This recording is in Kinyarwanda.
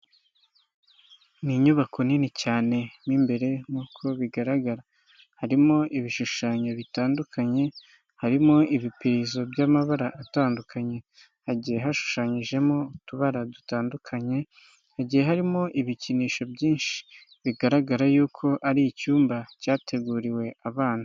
Ni inyubako nini cyane mo imbere nk'uko bigaragara, harimo ibishushanyo bitandukanye, harimo ibipirizo by'amabara atandukanye, hagiye hashushanyijemo utubara dutandukanye, hagiye harimo ibikinisho byinshi, bigaragara yuko ari icyumba cyateguriwe abana.